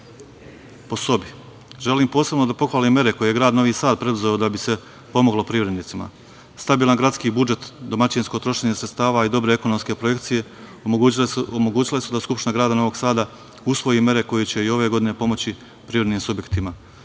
po sobi. Želim posebno da pohvalim mere koje je grad Novi Sad preuzeo da bi se pomoglo privrednicima. Stabilan gradski budžet, domaćinsko trošenje sredstava i dobre ekonomske projekcije omogućile su da Skupština grada Novog Sada usvoji mere koje će i ove godine pomoći privrednim